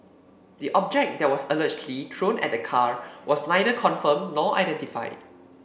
the object that was allegedly thrown at the car was neither confirmed nor identified